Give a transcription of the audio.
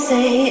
Say